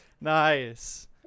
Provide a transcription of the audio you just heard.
Nice